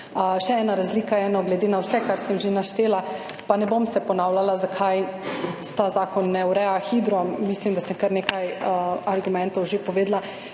Še ena razlika je, glede na vse, kar sem že naštela, pa se ne bom ponavljala, zakaj ta zakon ne ureja hidro. Mislim, da sem kar nekaj argumentov že povedala,